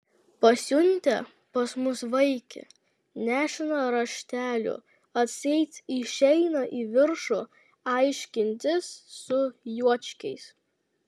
pasiuntė pas mus vaikį nešiną rašteliu atseit išeina į viršų aiškintis su juočkiais